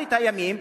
באחרית הימים,